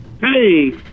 Hey